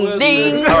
ding